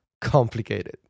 complicated